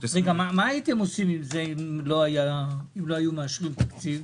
מה הייתם עושים עם זה אם לא היו מאשרים תקציב?